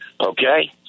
Okay